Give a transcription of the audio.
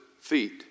feet